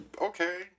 Okay